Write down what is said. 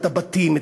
את הבתים,